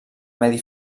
medi